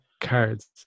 cards